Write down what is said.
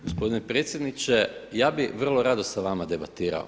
Gospodine predsjedniče, ja bih vrlo rado sa vama debatirao.